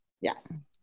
Yes